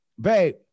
babe